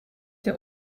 der